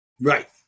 Right